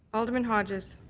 alderman hodges?